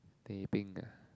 teh peng ah